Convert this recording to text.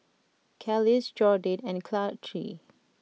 Kelis Jordyn and Charlee